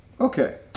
Okay